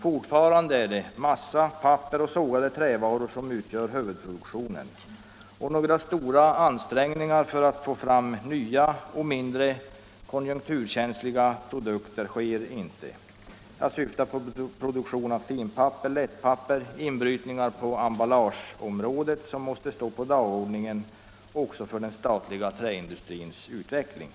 Fortfarande är det massa, papper och sågade trävaror som utgör huvudproduktionen, och några stora ansträngningar för att få fram nya och mindre konjunkturkänsliga — Nr 15 produkter görs inte. Jag syftar på produktion av finpapper och lättpapper samt inbrytningar på emballageområdet som måste stå på dagordningen också för den statliga träindustrins utveckling.